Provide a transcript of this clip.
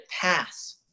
pass